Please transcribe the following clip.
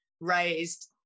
raised